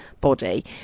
body